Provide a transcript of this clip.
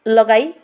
लगाई